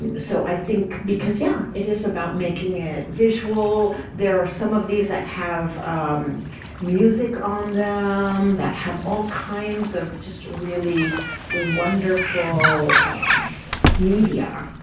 so i think, because yeah, it is about making it visual. there are some of these that have music on them, that have all kinds of just really wonderful media.